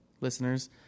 listeners